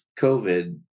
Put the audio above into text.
COVID